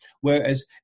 Whereas